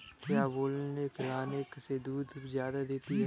क्या बिनोले खिलाने से गाय दूध ज्यादा देती है?